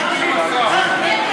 התשע"ז 2017, לא נתקבלה.